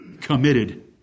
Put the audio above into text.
committed